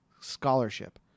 scholarship